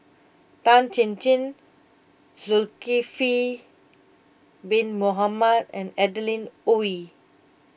Tan Chin Chin Zulkifli Bin Mohamed and Adeline Ooi